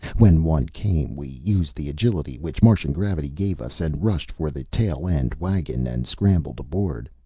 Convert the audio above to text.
when one came, we used the agility which martian gravity gave us and rushed for the tail-end wagon and scrambled aboard.